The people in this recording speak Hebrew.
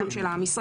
גם של המשרד,